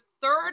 third